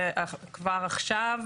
כבר עכשיו,